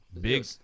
big